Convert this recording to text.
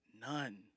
none